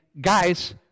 guys